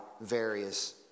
various